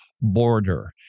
border